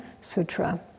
Sutra